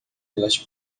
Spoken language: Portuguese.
pelas